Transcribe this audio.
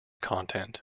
content